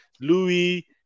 Louis